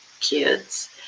kids